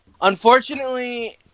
Unfortunately